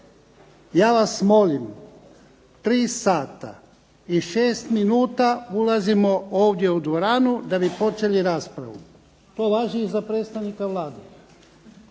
Ja vas molim, 3 sata i 6 minuta ulazimo ovdje u dvoranu, da bi počeli raspravu. To važi i predstavnika Vlade.